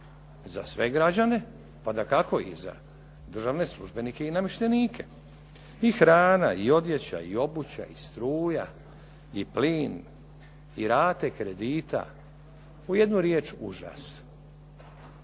za sve građane pa dakako i za državne službenike i namještenike, i hrana, i odjeća, i obuća, i struja, i plin, i rate kredita, u jednoj riječi užas.